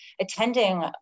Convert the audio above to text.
attending